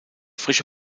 frische